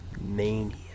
Mania